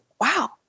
wow